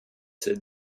sept